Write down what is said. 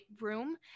room